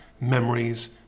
memories